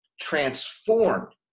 transformed